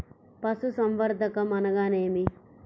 పశుసంవర్ధకం అనగా ఏమి?